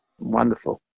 Wonderful